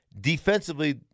Defensively